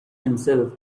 himself